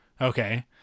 Okay